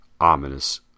ominous